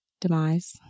demise